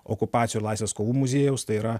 okupacijų ir laisvės kovų muziejaus tai yra